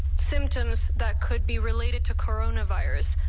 symptoms that could be related to coronavirus,